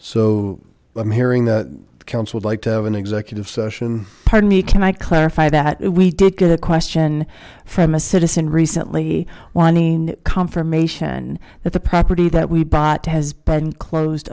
hearing that counts would like to have an executive session pardon me can i clarify that we did get a question from a citizen recently wanting confirmation that the property that we bought has been closed